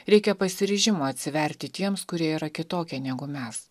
reikia pasiryžimo atsiverti tiems kurie yra kitokie negu mes